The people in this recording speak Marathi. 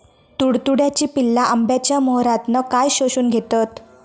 तुडतुड्याची पिल्ला आंब्याच्या मोहरातना काय शोशून घेतत?